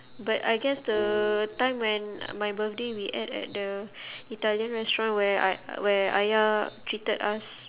but I guess the time when my birthday we ate at the italian restaurant where ay~ where ayah treated us